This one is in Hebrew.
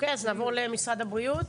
אז נעבור למשרד הבריאות.